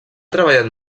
treballat